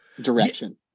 direction